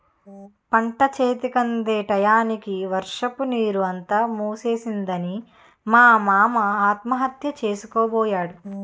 పంటచేతికందే టయానికి వర్షపునీరు అంతా ముంచేసిందని మా మామ ఆత్మహత్య సేసుకోబోయాడు